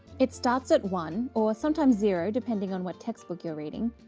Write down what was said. it starts at one or sometimes zero depending on what text book you're reading,